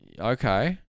okay